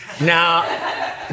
Now